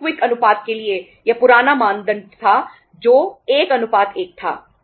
quick अनुपात के लिए यह पुराना मानदंड था जो 11 था